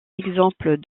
exemple